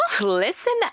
listen